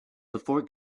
before